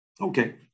Okay